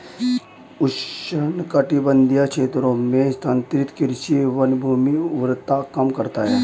उष्णकटिबंधीय क्षेत्रों में स्थानांतरित कृषि वनभूमि उर्वरता कम करता है